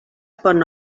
pon